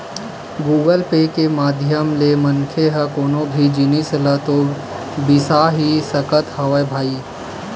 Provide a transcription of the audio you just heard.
Google pay के माधियम ले मनखे ह कोनो भी जिनिस ल तो बिसा ही सकत हवय भई